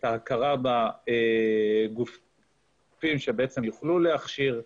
את ההכרה בגופים שיוכלו להכשיר,